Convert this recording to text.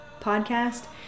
podcast